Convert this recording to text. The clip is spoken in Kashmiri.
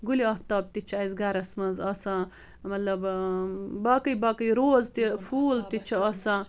گُلہِ آفتاب تہِ چھِ أسۍ گرس منٛز آسان مطلب اۭں باقٕے باقٕے روز تہِ پھول تہِ چھِ آسان